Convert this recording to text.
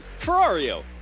Ferrario